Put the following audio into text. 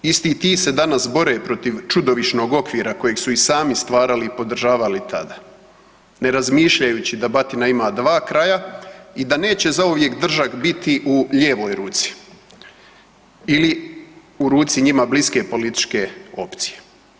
Isti ti se danas bore protiv čudovišnog okvira kojeg su i sami stvarali i podržavali tada ne razmišljajući da batina ima dva kraja i da neće zauvijek držak biti u lijevoj ruci ili u ruci njima bliske političke opcije.